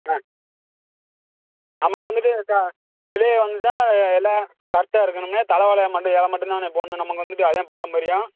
ஆ நமக்கு வந்துட்டு சா பிள்ளைகள் வந்து தான் எ எல்லாம் கரெட்டாக இருக்கணும்ண்ணே தலை வாழை மட்டும் இல மட்டும் தாண்ணே போடணும் நமக்கு வந்துட்டு அதுதான் பாரம்பரியம்